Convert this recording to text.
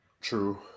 True